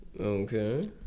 Okay